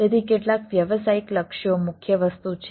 તેથી કેટલાક વ્યવસાયિક લક્ષ્યો મુખ્ય વસ્તુ છે